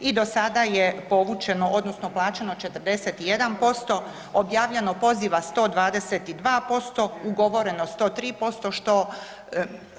i do sada je povučeno odnosno plaćeno 41%, objavljeno poziva 122%, ugovoreno 103%, što,